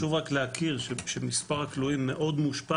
חשוב להכיר שמספר הכלואים מאוד מושפע